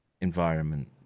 environment